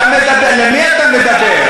אל מי אתה מדבר?